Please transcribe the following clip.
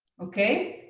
okay?